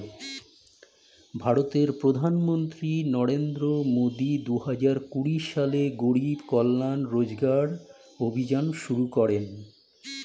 ভারতের প্রধানমন্ত্রী নরেন্দ্র মোদি দুহাজার কুড়ি সালে গরিব কল্যাণ রোজগার অভিযান শুরু করেন